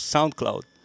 SoundCloud